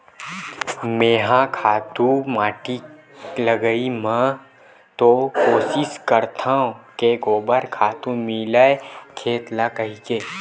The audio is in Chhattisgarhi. मेंहा खातू माटी के लगई म तो कोसिस करथव के गोबर खातू मिलय खेत ल कहिके